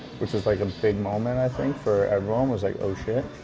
which was like a big moment, i think, for everyone, was like oh, shit.